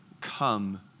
come